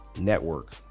network